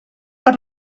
per